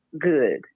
good